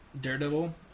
Daredevil